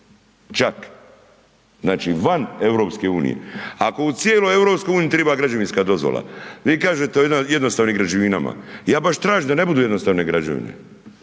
čak, znači, van EU, ako u cijeloj EU triba građevinska dozvola, vi kažete jednostavnim građevinama, ja baš tražim da ne budu jednostavne građevine,